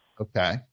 Okay